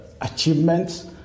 achievements